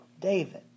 David